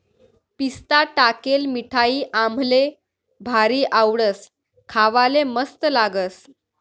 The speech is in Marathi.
पिस्ता टाकेल मिठाई आम्हले भारी आवडस, खावाले मस्त लागस